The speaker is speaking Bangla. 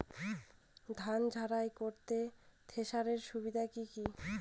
ধান ঝারাই করতে থেসারের সুবিধা কি কি?